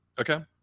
Okay